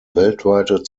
weltweite